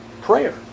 prayer